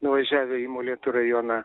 nuvažiavę į molėtų rajoną